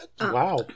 Wow